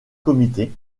comité